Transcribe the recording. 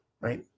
right